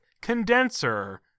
condenser